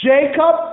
Jacob